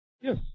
Yes